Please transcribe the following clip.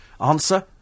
Answer